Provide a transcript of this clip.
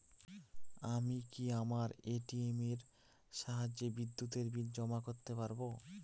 আমি কি আমার এ.টি.এম এর সাহায্যে বিদ্যুতের বিল জমা করতে পারব?